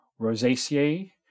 rosaceae